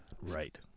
Right